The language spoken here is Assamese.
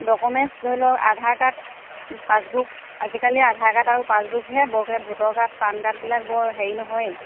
ডকুমেণ্টছ ধৰি লওক আধাৰ কাৰ্ড পাছবুক আজিকালি আধাৰ কাৰ্ড আৰু পাছবুকহে বৰকৈ ভোটৰ কাৰ্ড পান কাৰ্ডবিলাক বৰ হেৰি নহয়েই